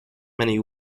many